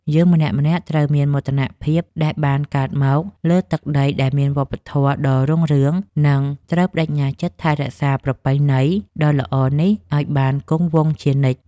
យើងម្នាក់ៗត្រូវមានមោទនភាពដែលបានកើតមកលើទឹកដីដែលមានវប្បធម៌ដ៏រុងរឿង និង ត្រូវប្តេជ្ញាចិត្តថែរក្សាប្រពៃណីដ៏ល្អនេះឱ្យបានគង់វង្សជានិច្ច។